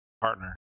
partner